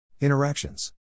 Interactions